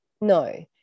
No